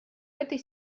этой